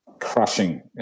crushing